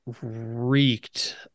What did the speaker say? reeked